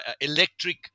electric